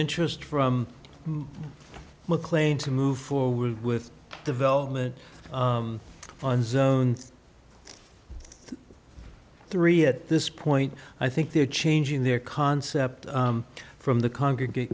interest from mclean to move forward with development on zones three at this point i think they're changing their concept from the congregat